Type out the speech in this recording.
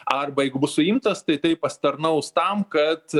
arba jeigu bus suimtas tai tai pasitarnaus tam kad